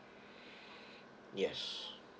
yes